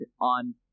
on